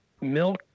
milk